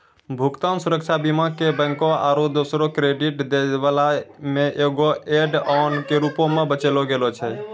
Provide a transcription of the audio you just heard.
भुगतान सुरक्षा बीमा के बैंको आरु दोसरो क्रेडिट दै बाला मे एगो ऐड ऑन के रूपो मे बेचलो गैलो छलै